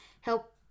help